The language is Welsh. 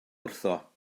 wrtho